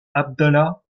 abdallah